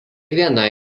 viena